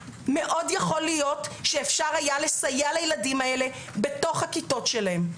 מאוד יכול להיות שאפשר היה לסייע לילדים האלה בתוך הכיתות שלהם.